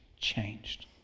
changed